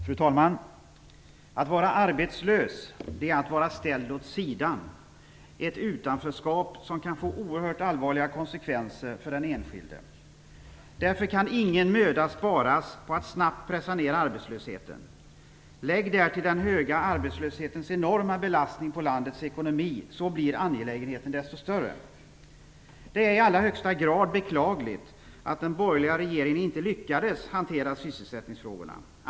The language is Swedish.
Fru talman! Att vara arbetslös är att vara ställd åt sidan, ett utanförskap som kan få oerhört allvarliga konsekvenser för den enskilde. Därför kan ingen möda sparas på att snabbt pressa ned arbetslösheten. Lägg därtill den höga arbetslöshetens enorma belastning på landets ekonomi, så blir angelägenheten desto större. Det är i allra högsta grad beklagligt att den borgerliga regeringen inte lyckades hantera sysselsättningsfrågorna.